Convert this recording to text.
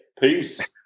Peace